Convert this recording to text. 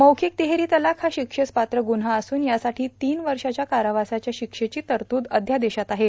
मौखिक तिहेरी तलाक हा शिक्षेस पात्र गुन्हा असून यासाठी तीन वर्षाच्या कारावासाच्या शिक्षेची तरतूद आहे